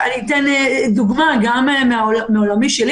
אני אתן דוגמה מעולמי שלי.